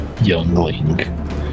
youngling